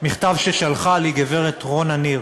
מכתב ששלחה לי גברת רונה ניר.